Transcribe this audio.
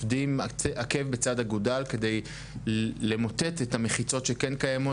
עובדים עקב בצד אגודל כדי למוטט את המחיצות שקיימות